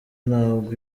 ntabwo